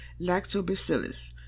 lactobacillus